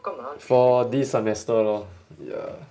for this semester lor ya